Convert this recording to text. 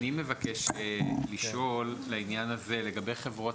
אני מבקש לשאול לעניין הזה לגבי חברות